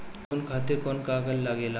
Loan खातिर कौन कागज लागेला?